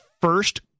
first